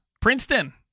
Princeton